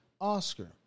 oscar